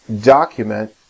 document